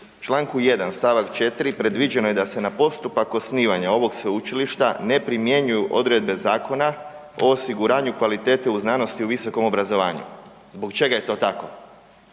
u čl. 1. st. 4. predviđeno je da se na postupak osnivanja ovog sveučilišta ne primjenjuju odredbe Zakona o osiguranju kvalitete u znanosti i visokom obrazovanju. Kada znamo da